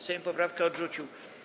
Sejm poprawkę odrzucił.